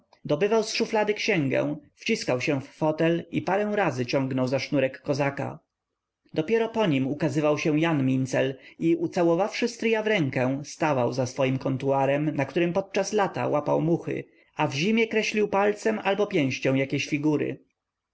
dobywał z szuflady księgę wciskał się w fotel i parę razy ciągnął za sznurek kozaka dopiero po nim ukazywał się jan mincel i ucałowawszy stryja w rękę stawał za swoim kontuarem na którym podczas lata łapał muchy a w zimie kreślił palcem albo pięścią jakieś figury